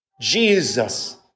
Jesus